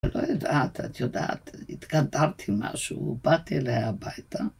לא יודעת, את יודעת, התגדרתי משהו, ובאתי אליה הביתה.